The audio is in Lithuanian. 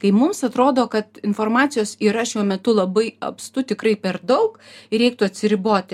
kai mums atrodo kad informacijos yra šiuo metu labai apstu tikrai per daug ir reiktų atsiriboti